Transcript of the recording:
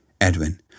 Edwin